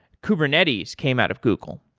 kubernetes came out of google.